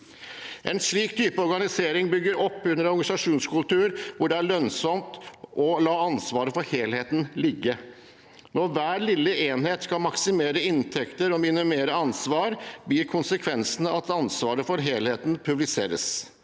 En slik type organisering bygger opp under en organisasjonskultur hvor det er lønnsomt å la ansvaret for helheten ligge. Når hver lille enhet skal maksimere inntekter og minimere ansvar, blir konsekvensen at ansvaret for helheten pulveriseres.